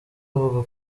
avuga